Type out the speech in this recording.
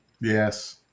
Yes